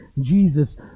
Jesus